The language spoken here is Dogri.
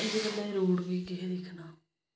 रोड़ गी केह् दिक्खना